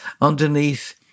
underneath